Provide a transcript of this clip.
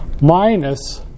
minus